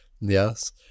yes